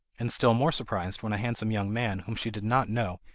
and still more surprised when a handsome young man, whom she did not know,